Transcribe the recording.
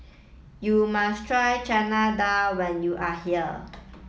you must try Chana Dal when you are here